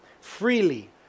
freely